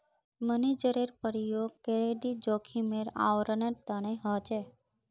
मार्जिनेर प्रयोग क्रेडिट जोखिमेर आवरण तने ह छे